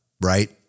right